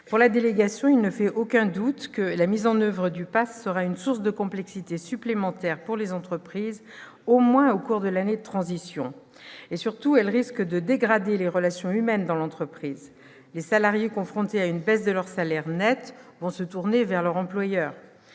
Pour la délégation, il ne fait aucun doute que la mise en oeuvre du PAS sera une source de complexité supplémentaire pour les entreprises, au moins au cours de l'année de transition. Surtout, cette mise en oeuvre risque de dégrader les relations humaines dans l'entreprise : les salariés confrontés à une baisse de leur salaire net vont se tourner vers leur employeur